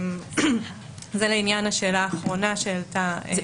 זה לעניין השאלה האחרונה שעלתה.